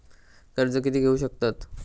कर्ज कीती घेऊ शकतत?